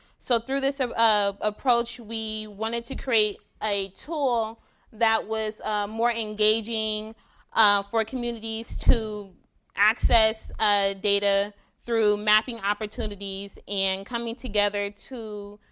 so through this ah um approach, we wanted to create a tool that was more engaging for communities to access ah data through mapping opportunities and coming together to,